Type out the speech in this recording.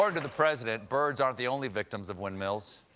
sort of the president, birds aren't the only victims of windmills.